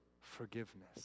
forgiveness